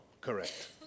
Correct